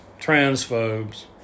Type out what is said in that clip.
transphobes